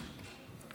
ליל מנוחה.